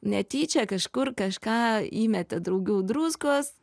netyčia kažkur kažką įmetė draugiau druskos